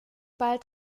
bald